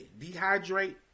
dehydrate